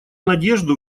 надежду